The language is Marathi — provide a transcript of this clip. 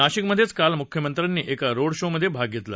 नाशिकमध्येच काल मुख्यमंत्र्यांनी एका रोड शो मध्ये भाग घेतला